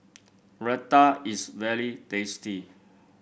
Raita is very tasty